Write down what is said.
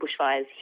bushfires